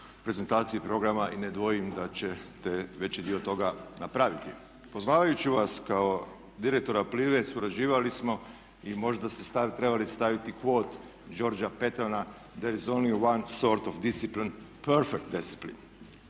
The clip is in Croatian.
prezentaciji programa i ne dvojim da ćete veći dio toga napraviti. Poznavajući vas kao direktora Plive surađivali smo i možda ste stav trebali staviti …/Govornik se ne razumije./… Georga Petona There is only one sort of discipline perfect discipline.